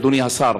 אדוני השר,